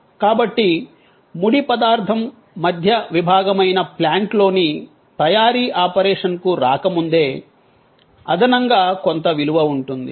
కాబట్టి ముడి పదార్థం మధ్య విభాగ మైన ప్లాంట్ లోని తయారీ ఆపరేషన్ కు రాకముందే అదనంగా కొంత విలువ ఉంటుంది